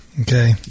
Okay